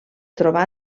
trobar